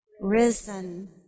risen